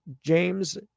James